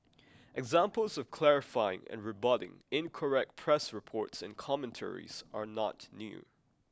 examples of clarifying and rebutting incorrect press reports and commentaries are not new